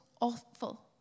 awful